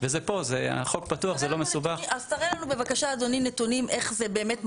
ובדיון גם ביקשנו שיינתנו